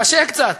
קשה קצת.